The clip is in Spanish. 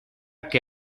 que